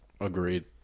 Agreed